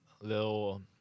little